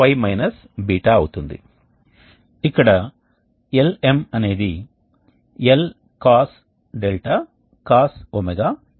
కాబట్టి మనకు అప్పుడు వైశాల్యం వచ్చింది మనకు ఈ 2 ఉష్ణోగ్రతలు వచ్చాయి వేడి వాయువు ఉష్ణోగ్రత మరియు చల్లని వాయువు ఉష్ణోగ్రత యొక్క ఉష్ణోగ్రత వ్యత్యాసం ముఖ్యమైనది